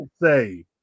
say